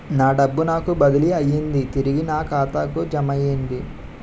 నా డబ్బు నాకు బదిలీ అయ్యింది తిరిగి నా ఖాతాకు జమయ్యింది